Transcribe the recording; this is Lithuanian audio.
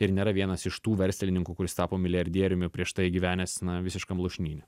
ir nėra vienas iš tų verslininkų kuris tapo milijardieriumi prieš tai gyvenęs na visiškam lūšnyne